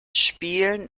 spielen